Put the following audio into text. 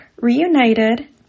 reunited